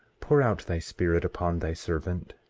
pour out thy spirit upon thy servant,